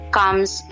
comes